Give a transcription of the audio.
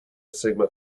sigma